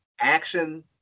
action